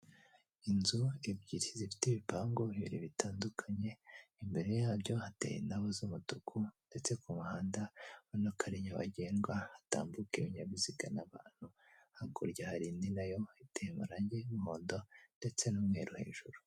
Inzu ebyiri zifite ibipangu bibiri bitandukanye imbere yabyo hateye indabo z'umutuku ndetse ku muhanda urabonako ari nyabagendwa hatambuka ibinyabiziga n'abantu hakurya hari indi nayo iteye amarangi y'umuhondo ndetse n'umweru hejuru.